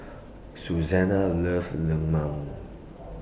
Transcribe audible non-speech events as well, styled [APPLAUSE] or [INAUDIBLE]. Susanna loves Lemang [NOISE]